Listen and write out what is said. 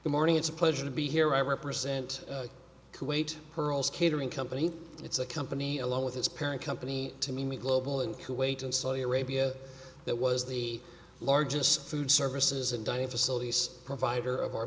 the morning it's a pleasure to be here i represent kuwait perl's catering company it's a company along with its parent company to me global in kuwait and saudi arabia that was the largest food services and dining facilities provider of our